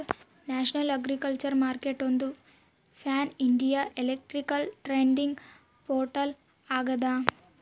national agriculture ಮಾರ್ಕೆಟ್ಒಂದು pan India electronic trading portal ಆಗ್ಯದ